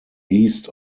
east